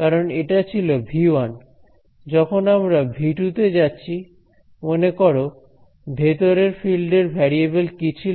কারণ এটা ছিল V 1 যখন আমরা V 2 তে যাচ্ছি মনে করো ভেতরের ফিল্ডের ভ্যারিয়েবল কি ছিল